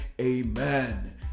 amen